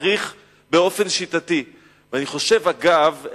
צריך באופן שיטתי, ואגב,